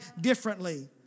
differently